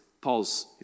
pauls